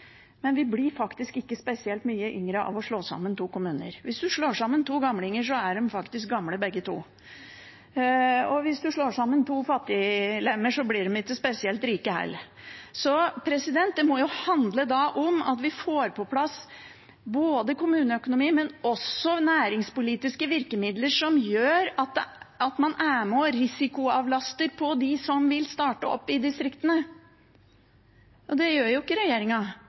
men vi blir faktisk ikke spesielt mye yngre av å slå sammen to kommuner. Hvis man slår sammen to gamlinger, er de faktisk gamle, begge to – og hvis man slår sammen to fattiglemmer, blir de ikke spesielt rike heller. Så dette må jo handle om at vi får på plass både kommuneøkonomi og næringspolitiske virkemidler som gjør at man er med og risikoavlaster dem som vil starte opp i distriktene. Det gjør ikke